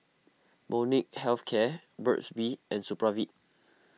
Molnylcke Health Care Burt's Bee and Supravit